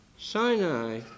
Sinai